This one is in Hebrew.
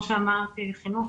חינוך,